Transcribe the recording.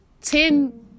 ten